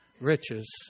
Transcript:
riches